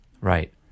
Right